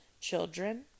children